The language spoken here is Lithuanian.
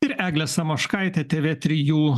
ir eglė samoškaitė tv trijų